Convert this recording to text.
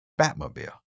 Batmobile